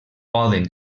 poden